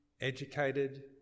educated